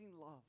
love